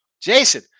Jason